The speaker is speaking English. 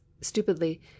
stupidly